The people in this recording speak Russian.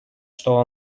что